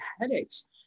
headaches